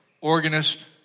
Organist